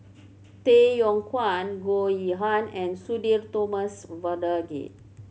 Tay Yong Kwang Goh Yihan and Sudhir Thomas Vadaketh